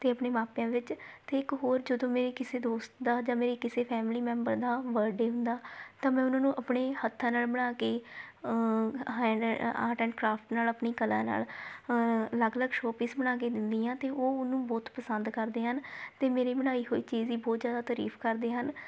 ਅਤੇ ਆਪਣੇ ਮਾਪਿਆਂ ਵਿੱਚ ਅਤੇ ਇੱਕ ਹੋਰ ਜਦੋਂ ਮੇਰੇ ਕਿਸੇ ਦੋਸਤ ਦਾ ਜਾਂ ਮੇਰੀ ਕਿਸੇ ਫੈਮਲੀ ਮੈਂਬਰ ਦਾ ਬਰਡੇ ਹੁੰਦਾ ਤਾਂ ਮੈਂ ਉਹਨਾਂ ਨੂੰ ਆਪਣੇ ਹੱਥਾਂ ਨਾਲ ਬਣਾ ਕੇ ਹੈਂਡ ਆਰਟ ਐਂਡ ਕਰਾਫਟ ਨਾਲ ਆਪਣੀ ਕਲਾ ਨਾਲ ਅਲੱਗ ਅਲੱਗ ਸ਼ੋਪੀਸ ਬਣਾ ਕੇ ਦਿੰਦੀ ਹਾਂ ਅਤੇ ਉਹ ਉਹਨੂੰ ਬਹੁਤ ਪਸੰਦ ਕਰਦੇ ਹਨ ਅਤੇ ਮੇਰੀ ਬਣਾਈ ਹੋਈ ਚੀਜ਼ ਦੀ ਬਹੁਤ ਜ਼ਿਆਦਾ ਤਾਰੀਫ ਕਰਦੇ ਹਨ